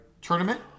tournament